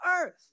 earth